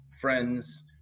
friends